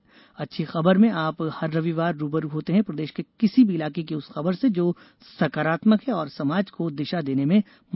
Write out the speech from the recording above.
अच्छी खबर में आप हर रविवार रू ब रू होते हैं प्रदेश के किसी भी इलाके की उस खबर से जो सकारात्मक है और समाज को दिशा देने में मददगार हो सकती है